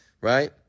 right